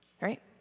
right